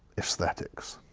aesthetics,